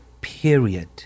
period